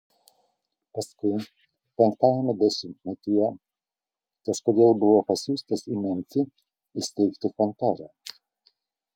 paskui penktajame dešimtmetyje kažkodėl buvo pasiųstas į memfį įsteigti kontorą